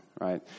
Right